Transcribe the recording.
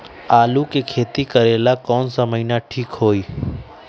आलू के खेती करेला कौन महीना ठीक होई?